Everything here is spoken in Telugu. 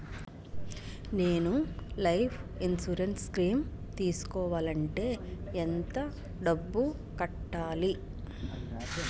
నేను లైఫ్ ఇన్సురెన్స్ స్కీం తీసుకోవాలంటే ఎంత డబ్బు కట్టాలి?